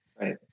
Right